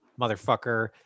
motherfucker